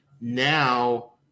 Now